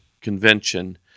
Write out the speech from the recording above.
convention